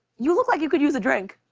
you look like you could use a drink.